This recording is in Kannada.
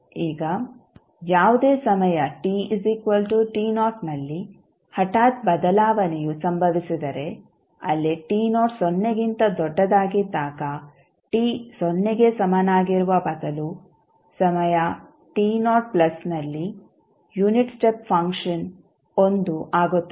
ಈಗ ಯಾವುದೇ ಸಮಯ ನಲ್ಲಿ ಹಠಾತ್ ಬದಲಾವಣೆಯು ಸಂಭವಿಸಿದರೆ ಅಲ್ಲಿ ಸೊನ್ನೆಗಿಂತ ದೊಡ್ಡದಾಗಿದ್ದಾಗ t ಸೊನ್ನೆಗೆ ಸಮನಾಗಿರುವ ಬದಲು ಸಮಯನಲ್ಲಿ ಯುನಿಟ್ ಸ್ಟೆಪ್ ಫಂಕ್ಷನ್ 1 ಆಗುತ್ತದೆ